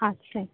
আচ্ছা